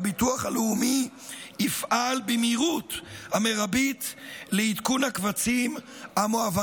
הביטוח הלאומי יפעל במהירות המרבית לעדכון הקבצים המועברים